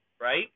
Right